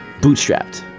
bootstrapped